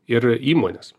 ir įmonės